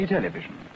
Television